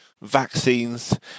vaccines